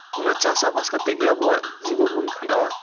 ᱚᱱᱟ ᱪᱟᱥ ᱟᱵᱟᱫ ᱠᱟᱛᱮᱜ ᱜᱤ ᱟᱵᱩᱣᱟᱜ ᱡᱤᱵᱚᱱ ᱵᱩᱱ ᱠᱷᱟᱸᱰᱟᱣᱟ